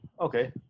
Okay